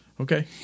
Okay